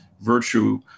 virtue